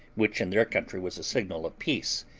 which in their country was a signal of peace,